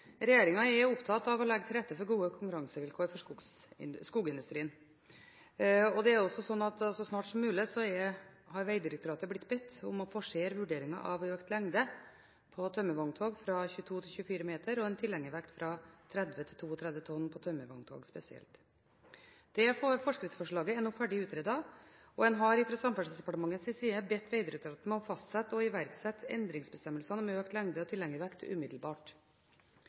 er opptatt av å legge til rette for gode konkurransevilkår for skogindustrien. Så snart som mulig har Vegdirektoratet blitt bedt om å forsere vurderingen av økt lengde på tømmervogntog fra 22 til 24 meter, og en tilhengervekt fra 30 til 32 tonn på tømmervogntog spesielt. Forskriftsforslaget er nå ferdig utredet, og en har fra Samferdselsdepartementets side bedt Vegdirektoratet om å fastsette og iverksette endringsbestemmelsene om økt lengde og tilhengervekt umiddelbart.